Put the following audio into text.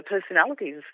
personalities